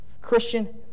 Christian